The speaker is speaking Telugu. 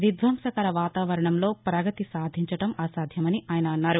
విధ్వంసకర వాతావరణంలో ప్రగతి సాధించడం అసాధ్యమని ఆయన అన్నారు